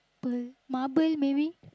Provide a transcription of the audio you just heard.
pearl marble maybe